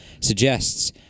suggests